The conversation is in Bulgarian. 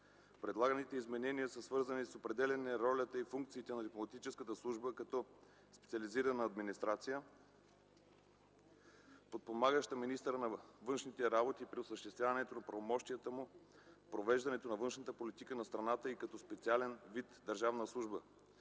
Предлаганите изменения са свързани с определяне ролята и функциите на дипломатическата служба като специализирана администрация, подпомагаща министъра на външните работи при осъществяването на правомощията му в провеждането на външната политика на страната и като специален вид държавна служба;